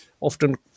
often